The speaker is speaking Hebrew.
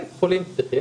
בית חולים פסיכיאטרי,